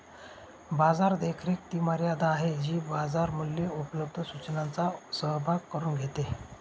बाजार देखरेख ती मर्यादा आहे जी बाजार मूल्ये उपलब्ध सूचनांचा सहभाग करून घेते